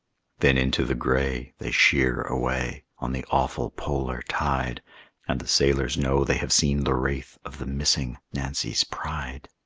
then into the gray they sheer away, on the awful polar tide and the sailors know they have seen the wraith of the missing nancy's pride.